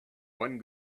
one